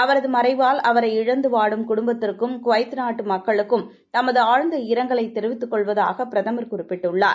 அவரது மறைவால் அவரை இழந்து வாடும் குடுப்பத்திற்கும் குவைத் நாட்டு மக்களுக்கும் தமது ஆழ்ந்த இரங்கலைத் தெரிவித்துக் கொள்வதாக பிரதமர் குறிப்பிட்டுள்ளார்